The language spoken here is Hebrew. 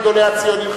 ואחד מגדולי הציונים,